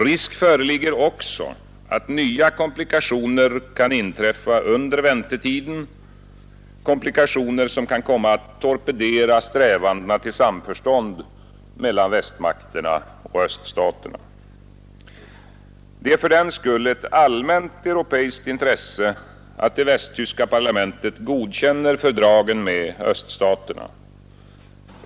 Risk föreligger också att nya komplikationer kan inträffa under väntetiden, komplikationer som kan komma att torpedera strävandena till samförstånd mellan västmakterna och öststaterna. Det är fördenskull ett allmänt europeiskt intresse att det västtyska parlamentet godkänner fördragen med öststaterna.